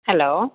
hello